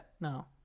No